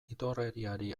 idorreriari